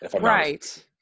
Right